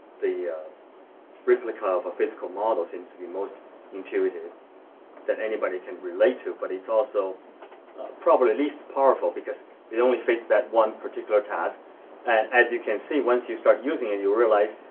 the replica of a physical model seems to be most intuitive that anybody can relate too but it's also probably the least powerful because it only faces that one particular task and as you can see once you start using it you realize,